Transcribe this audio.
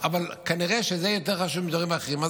כנראה שזה יותר חשוב מדברים אחרים.